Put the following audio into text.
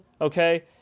okay